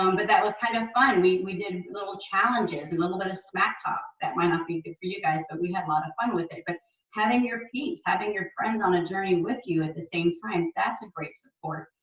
um but that was kind of fun. we we did a little challenges, a little bit of smack talk that might not be good for you guys, but we had a lot of fun with it. but having your peace, having your friend on a journey with you at the same time, that's a great support.